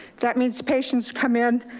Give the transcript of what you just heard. that means patients come in,